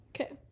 Okay